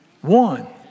One